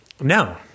No